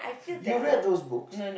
you read those books